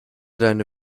deine